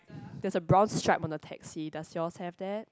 there's a brown stripe on the taxi does yours have that